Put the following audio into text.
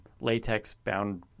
latex-bound